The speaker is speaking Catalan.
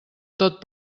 tot